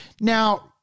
now